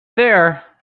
there